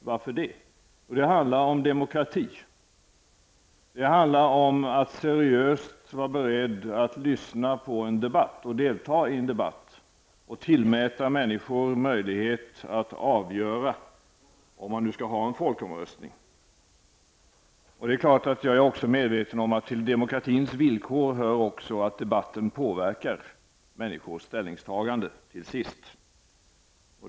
Varför? Jo, det handlar om demokrati. Det handlar om att seriöst vara beredd att lyssna på och delta i en debatt och tillmäta människor möjlighet att avgöra om man skall ha en folkomröstning. Det är klart att jag också är medveten om att till demokratins villkor hör också att debatten till sist påverkar människors ställningstaganden.